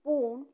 पूण